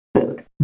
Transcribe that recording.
food